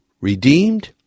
redeemed